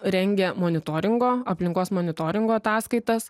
rengia monitoringo aplinkos monitoringo ataskaitas